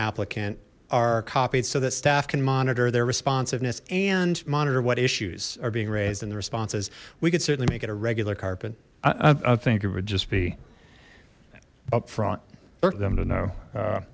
applicant are copied so that staff can monitor their responsiveness and monitor what issues are being raised in the responses we could certainly make it a regular carpet i think it would just be up front the